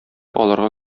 аларга